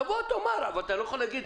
אתה יודע מה?